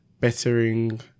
bettering